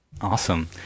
Awesome